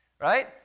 right